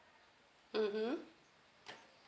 mmhmm